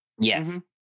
yes